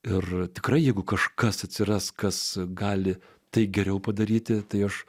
ir tikra jeigu kažkas atsiras kas gali tai geriau padaryti tai aš